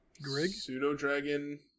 pseudo-dragon